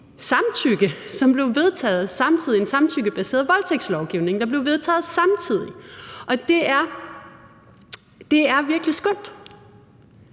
fremskridt, men det druknede i en samtykkebaseret voldtægtslovgivning, der blev vedtaget samtidig, og det er virkelig skønt.